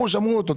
שמרו אותו,